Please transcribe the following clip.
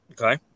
Okay